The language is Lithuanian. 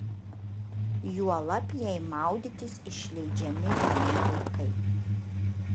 juolab jei maudytis išleidžiami vieni vaikai